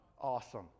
awesome